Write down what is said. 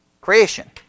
Creation